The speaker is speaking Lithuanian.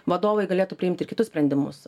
vadovai galėtų priimti ir kitus sprendimus